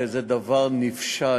שזה דבר נפשע,